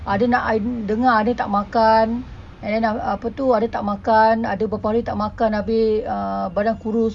I dengar ada tak makan didn't and then apa tu ada tak makan ada berapa hari tak makan habis ah badan kurus